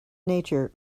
nature